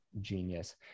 genius